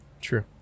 True